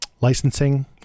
licensing